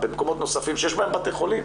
במקומות נוספים שיש בהם בתי חולים